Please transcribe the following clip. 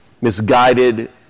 misguided